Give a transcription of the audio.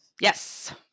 Yes